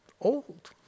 old